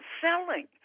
selling